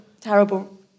terrible